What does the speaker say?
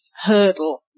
hurdle